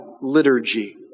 liturgy